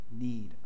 need